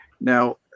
Now